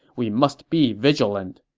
we must be vigilant.